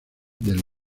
del